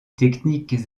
techniques